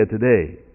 today